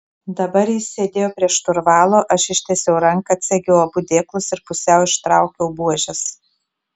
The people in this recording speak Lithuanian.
dabar jis sėdėjo prie šturvalo aš ištiesiau ranką atsegiau abu dėklus ir pusiau ištraukiau buožes